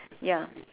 ya